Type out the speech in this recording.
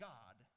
God